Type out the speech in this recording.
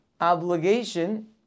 obligation